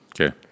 Okay